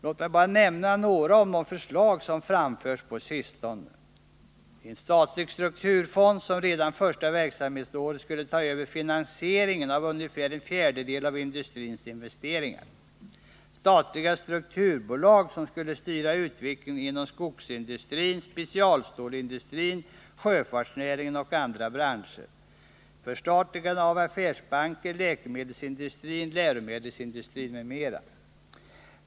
Låt mig bara nämna några av de förslag som framförts på sistone: En statlig strukturfond, som redan första verksamhetsåret skulle ta över finansieringen av ungefär en fjärdedel av industrins investeringar. Statliga strukturbolag, som skulle styra utvecklingen inom skogsindustrin, specialstålsindustrin, sjöfartsnäringen och andra branscher.